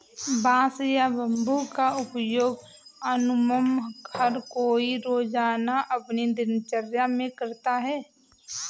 बांस या बम्बू का उपयोग अमुमन हर कोई रोज़ाना अपनी दिनचर्या मे करता है